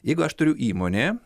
jeigu aš turiu įmonę